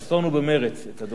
בלשון מאוד מיתממת.